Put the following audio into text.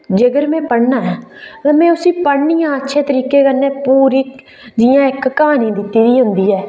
जेकर में पढ़ना ऐ ते में उसी पढ़नी हां अच्छे तरीके कन्नै पूरी जि'यां इक क्हानी दित्ती दी होंदी ऐ